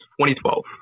2012